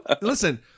Listen